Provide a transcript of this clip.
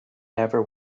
never